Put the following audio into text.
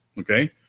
Okay